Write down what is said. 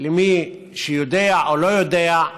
למי שיודע או לא יודע,